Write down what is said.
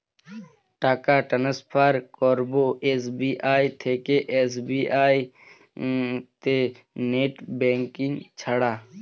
টাকা টান্সফার করব এস.বি.আই থেকে এস.বি.আই তে নেট ব্যাঙ্কিং ছাড়া?